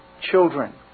children